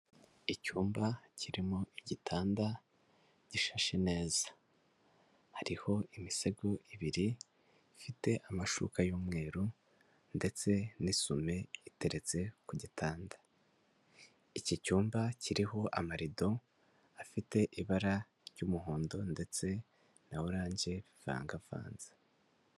Icyumba kirimo igitanda gishashe neza, hariho imisego ibiri, ifite amashuka y'umweru ndetse n'isume iteretse ku gitanda; iki cyumba kiriho amarido afite ibara ry'umuhondo ndetse na oranje bivangavanze.